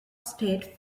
state